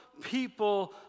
people